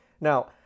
Now